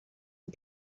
and